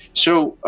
so,